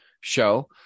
show